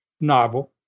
Novel